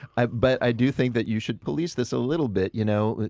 i but i do think that you should police this a little bit, you know,